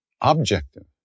objective